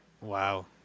Wow